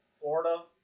Florida